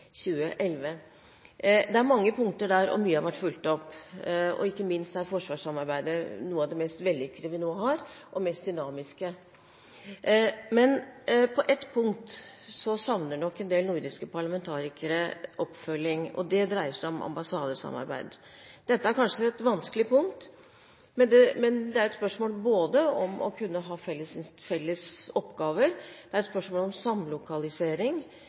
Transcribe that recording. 2011. Det er mange punkter der, mye har blitt fulgt opp, og ikke minst er forsvarssamarbeidet noe av det mest vellykkede og mest dynamiske vi nå har. Men på ett punkt savner nok en del nordiske parlamentarikere oppfølging, og det dreier seg om ambassadesamarbeid. Dette er kanskje et vanskelig punkt, men det er et spørsmål både om å kunne ha felles oppgaver, om samlokalisering,